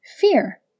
Fear